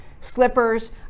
slippers